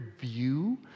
view